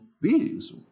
beings